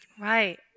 Right